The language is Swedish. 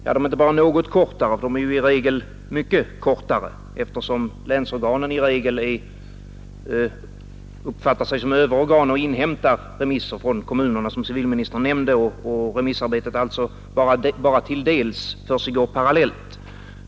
De är inte bara kortare utan de är i regel mycket kortare, eftersom länsorganen uppfattar sig som överorgan och inhämtar remisser från kommunerna såsom civilministern nämnde, varför remissarbetet bara till dels försiggår parallellt.